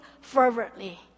fervently